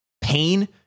pain